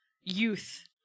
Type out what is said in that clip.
youth